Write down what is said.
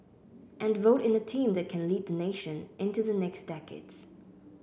and vote in a team that can lead nation into the next decades